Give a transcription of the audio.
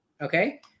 Okay